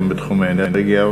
גם בתחום האנרגיה,